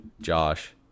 Josh